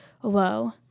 Whoa